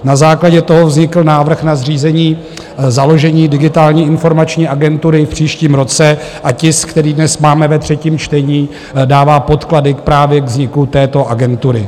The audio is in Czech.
Na základě toho vznikl návrh na zřízení založení Digitální informační agentury v příštím roce a tisk, který dnes máme ve třetím čtení, dává podklady právě k vzniku této agentury.